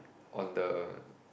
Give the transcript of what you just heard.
on the